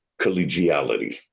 collegiality